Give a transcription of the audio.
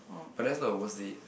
but that's not the worst date